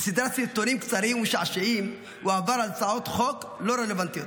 שבסדרת סרטונים קצרים ומשעשעים עבר על הצעות חוק לא רלוונטיות